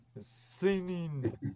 singing